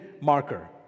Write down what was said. marker